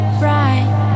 bright